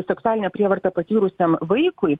seksualinę prievartą patyrusiam vaikui